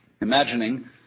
imagining